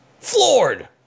floored